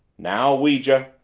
now, ouija,